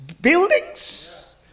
buildings